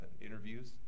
interviews